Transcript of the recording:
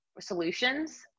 solutions